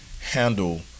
handle